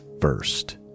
first